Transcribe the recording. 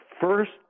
first